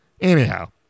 Anyhow